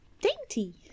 dainty